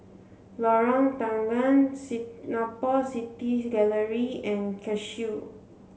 Lorong Tanggam Singapore City Gallery and Cashew